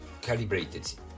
calibrated